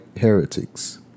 heretics